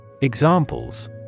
Examples